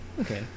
Okay